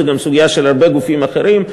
אלא גם סוגיה של הרבה גופים אחרים.